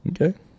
Okay